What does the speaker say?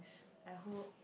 uh who